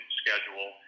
schedule